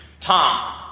Tom